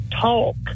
talk